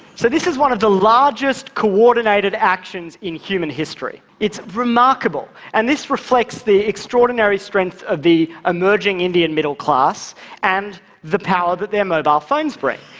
so this is one of the largest coordinated actions in human history. it's remarkable. and this reflects the extraordinary strength of the emerging indian middle class and the power that their mobile phones bring.